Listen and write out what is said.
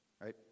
Right